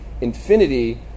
infinity